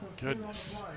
Goodness